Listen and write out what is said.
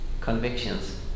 convictions